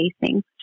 facing